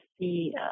see